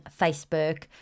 Facebook